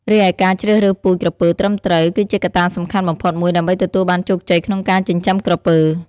រីឯការជ្រើសរើសពូជក្រពើត្រឹមត្រូវ គឺជាកត្តាសំខាន់បំផុតមួយដើម្បីទទួលបានជោគជ័យក្នុងការចិញ្ចឹមក្រពើ។